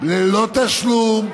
ללא תשלום,